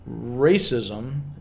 Racism